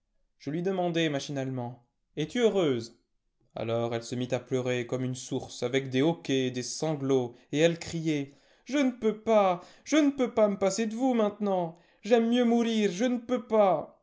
je lui demandai machinalement es-tu heureuse alors elle se mit à pleurer comme une source avec des hoquets des sanglots et elle criait je n'peux pas je n'peux pas m'passer de vous maintenant j'aime mieux mourir je n'peux pas